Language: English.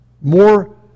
more